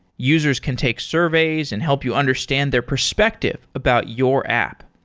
users can take surveys and help you understand their perspective about your app.